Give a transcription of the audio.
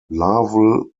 larval